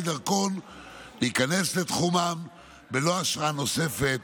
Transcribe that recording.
דרכון ישראלי להיכנס לתחומן בלא אשרה נוספת,